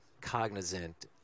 cognizant